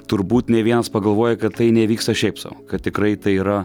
turbūt ne vienas pagalvoja kad tai nevyksta šiaip sau kad tikrai tai yra